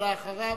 ואחריו,